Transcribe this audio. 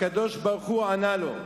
והקדוש-ברוך-הוא ענה לו: